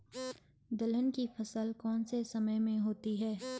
दलहन की फसल कौन से समय में होती है?